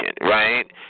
right